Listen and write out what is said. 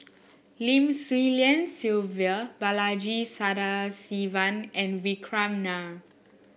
Lim Swee Lian Sylvia Balaji Sadasivan and Vikram Nair